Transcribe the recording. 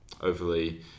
overly